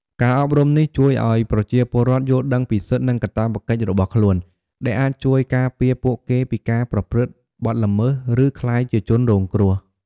ការអប់រំនេះជួយឱ្យប្រជាពលរដ្ឋយល់ដឹងពីសិទ្ធិ និងកាតព្វកិច្ចរបស់ខ្លួន ដែលអាចជួយការពារពួកគេពីការប្រព្រឹត្តបទល្មើស ឬក្លាយជាជនរងគ្រោះ។